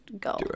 go